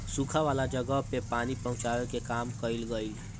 सुखा वाला जगह पे पानी पहुचावे के काम कइल गइल